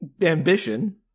ambition